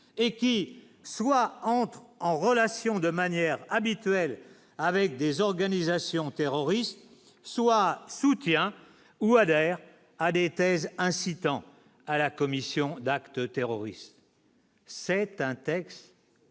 et qui soit entré en relations de manière habituelle avec des organisations terroristes soit ou adhère à des thèses incitant à la commission d'actes terroristes, c'est un texte